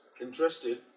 interested